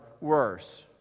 worse